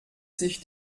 sich